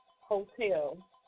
hotel